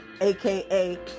aka